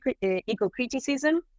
eco-criticism